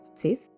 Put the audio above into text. teeth